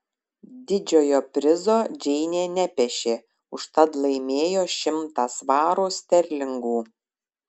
didžiojo prizo džeinė nepešė užtat laimėjo šimtą svarų sterlingų